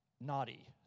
naughty